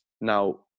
Now